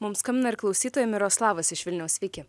mums skambina ir klausytoja miroslavas iš vilniaus sveiki